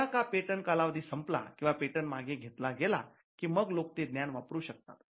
एकदा का पेटंट कालावधी संपला किंवा पेटंट मागे घेतला गेला की मग लोक ते ज्ञान वापरू शकतात